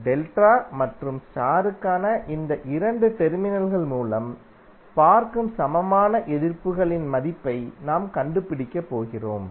delta மற்றும் star ற்கான இந்த 2 டெர்மினல்கள் மூலம் பார்க்கும் சமமான எதிர்ப்புகளின் மதிப்பை நாம் கண்டுபிடிக்க போகிறோம்